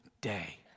day